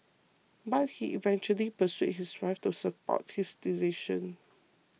but he eventually persuaded his wife to support his decision